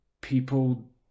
people